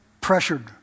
pressured